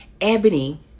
Ebony